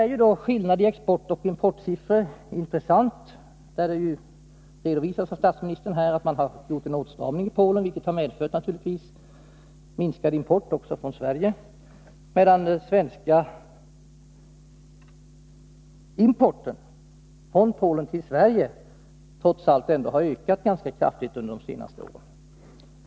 Skillnaden mellan importoch exportsiffror är intressant i detta sammanhang. Statsministern har nu redovisat att det skett en åtstramning i Polen, vilket naturligtvis också har medfört minskad import från Sverige. Den svenska importen från Polen har trots detta ökat ganska kraftigt under de senaste åren.